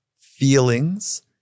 feelings